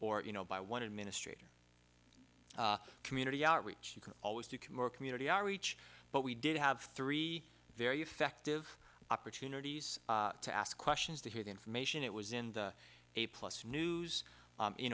or you know by one administrator community outreach you can always do more community outreach but we did have three very effective opportunities to ask questions to hear the information it was in the a plus news